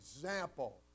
example